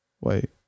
Wait